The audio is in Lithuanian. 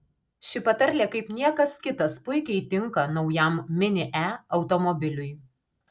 ši patarlė kaip niekas kitas puikiai tinka naujam mini e automobiliui